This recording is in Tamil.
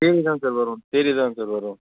தியரி தான் சார் வரும் தியரி தான் சார் வரும்